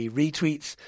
retweets